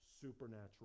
supernatural